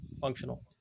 functional